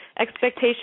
expectations